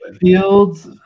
Fields